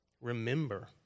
remember